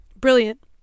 brilliant